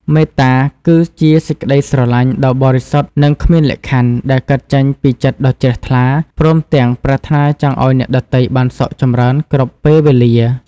មេត្តា គឺជាសេចក្តីស្រឡាញ់ដ៏បរិសុទ្ធនិងគ្មានលក្ខខណ្ឌ ដែលកើតចេញពីចិត្តដ៏ជ្រះថ្លា ព្រមទាំងប្រាថ្នាចង់ឱ្យអ្នកដទៃបានសុខចម្រើនគ្រប់ពេលវេលា។